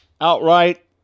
outright